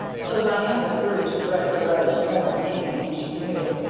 till diantha grew to dread her letters more than any pain she knew.